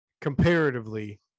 comparatively